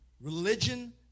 Religion